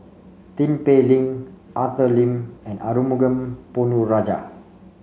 Tin Pei Ling Arthur Lim and Arumugam Ponnu Rajah